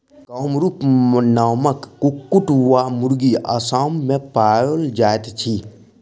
कामरूप नामक कुक्कुट वा मुर्गी असाम मे पाओल जाइत अछि